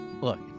Look